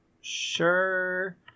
sure